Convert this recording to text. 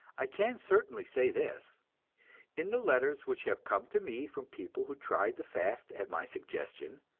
i can certainly say this in the letters which have come to me from people who tried the fast at my suggestion,